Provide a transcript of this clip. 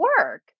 work